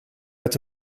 met